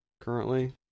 currently